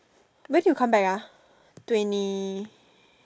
when did you come back ah twenty